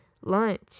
Lunch